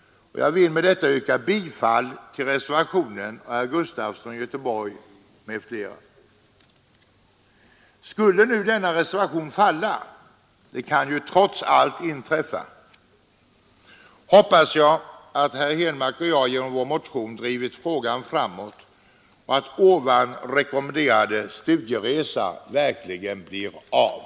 Jag vill med detta yrka bifall till reservationen av herr Gustafson i Göteborg m.fl. Skulle denna reservation falla — det kan ju trots allt inträffa — hoppas jag att herr Henmark och jag genom vår motion drivit frågan framåt och att den rekommenderade studieresan verkligen blir av.